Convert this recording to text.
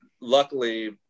luckily